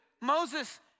Moses